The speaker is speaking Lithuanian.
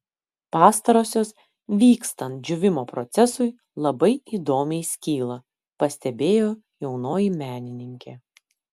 pastarosios vykstant džiūvimo procesui labai įdomiai skyla pastebėjo jaunoji menininkė